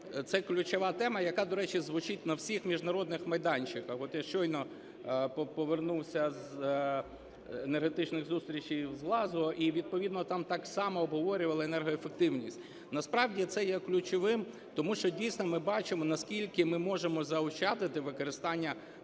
ключова тема, яка, до речі, звучить на всіх міжнародних майданчиках. От я щойно повернувся з енергетичної зустрічі з Глазго. І відповідно там так само обговорювали енергоефективність. Насправді це є ключовим. Тому що, дійсно, ми бачимо, наскільки ми можемо заощадити використання палива і